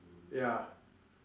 ya